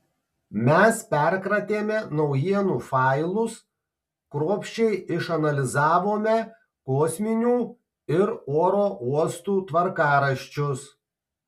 mes perkratėme naujienų failus kruopščiai išanalizavome kosminių ir oro uostų tvarkaraščius